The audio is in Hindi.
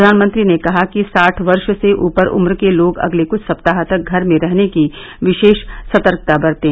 प्रधानमंत्री ने कहा कि साठ वर्ष से ऊपर उम्र के लोग अगले कुछ सप्ताह तक घर में रहने की विशेष सतर्कता बरतें